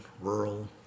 rural